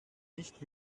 nicht